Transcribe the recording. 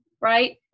right